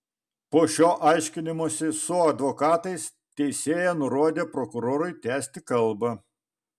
po šio aiškinimosi su advokatais teisėja nurodė prokurorui tęsti kalbą